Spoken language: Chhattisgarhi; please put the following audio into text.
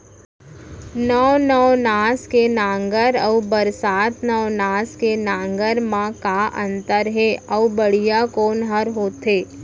नौ नवनास के नांगर अऊ बरसात नवनास के नांगर मा का अन्तर हे अऊ बढ़िया कोन हर होथे?